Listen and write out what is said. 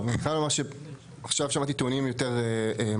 אני חייב לומר שעכשיו שמעתי טיעונים יותר משמעותיים.